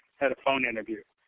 had a phone interview.